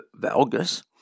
valgus